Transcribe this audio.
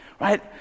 right